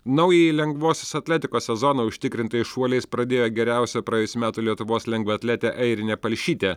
naująjį lengvosios atletikos sezoną užtikrintais šuoliais pradėjo geriausia praėjusių metų lietuvos lengvaatletė airinė palšytė